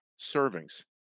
servings